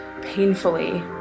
painfully